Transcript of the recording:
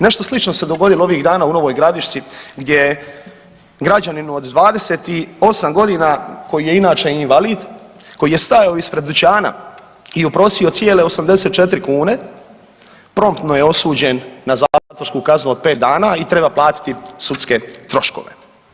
Nešto slično se dogodilo ovih dana u Novoj Gradišci, gdje građaninu od 28 godina koji je inače invalid, koji je stajao ispred dućana i oprosio cijele 84 kune promptno je osuđen na zatvorsku kaznu od pet dana i treba platiti sudske troškove.